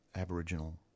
Aboriginal